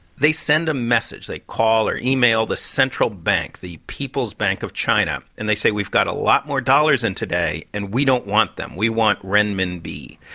they send a message. they call or email the central bank, the people's bank of china. and they say, we've got a lot more dollars in today, and we don't want them. we want renminbi.